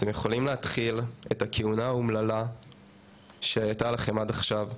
אתם יכולים להתחיל את הכהונה האומללה שהייתה לכם עד עכשיו,